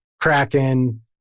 Kraken